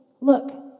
look